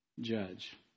judge